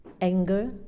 anger